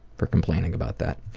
for complaining about that.